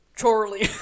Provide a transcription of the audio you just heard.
Chorley